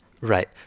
Right